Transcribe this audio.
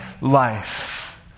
life